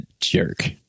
jerk